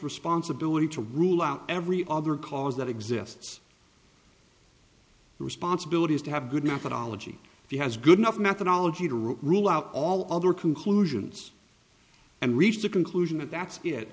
responsibility to rule out every other cause that exists the responsibility is to have good methodology he has good enough methodology to rule out all other conclusions and reach the conclusion that that's it